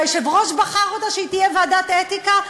שהיושב-ראש בחר אותה שתהיה ועדת האתיקה,